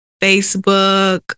Facebook